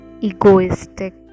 egoistic